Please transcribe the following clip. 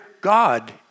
God